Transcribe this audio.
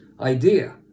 idea